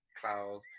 cloud